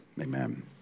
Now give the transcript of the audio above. Amen